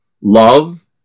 love